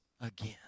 again